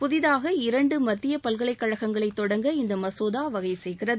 புதிதாக இரண்டு மத்திய பல்கலைக்கழகங்களை தொடங்க இந்த மசோதா வகை செய்கிறது